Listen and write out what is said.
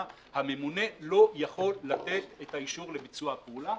הממונה לא יכול לתת את האישור לביצוע הפעולה.